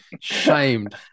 shamed